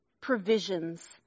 provisions